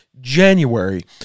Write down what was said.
January